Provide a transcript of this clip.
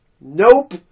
Nope